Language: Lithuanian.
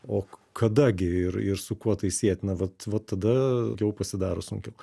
o kada gi ir ir su kuo tai sietina vat vat tada jau pasidaro sunkiau